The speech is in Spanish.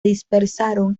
dispersaron